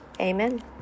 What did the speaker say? Amen